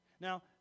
Now